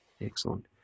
Excellent